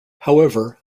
however